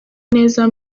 neza